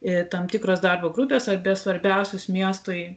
ir tam tikros darbo grupės apie svarbiausius miestui